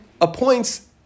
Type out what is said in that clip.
appoints